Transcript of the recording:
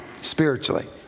spiritually